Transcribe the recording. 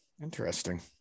interesting